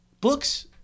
books